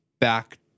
back